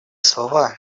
слова